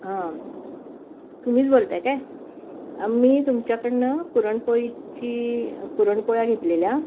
हां तुम्हीच बोलताय काय मी तुमच्याकडून पुरणपोळीची पुरणपोळ्या घेतलेल्या